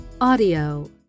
audio